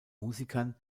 musikern